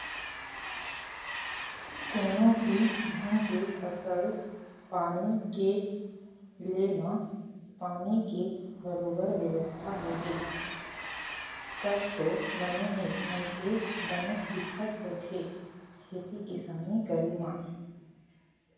कोनो भी ढंग के फसल पानी के ले म पानी के बरोबर बेवस्था होगे तब तो बने हे नइते बनेच दिक्कत होथे खेती किसानी करे म